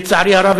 לצערי הרב,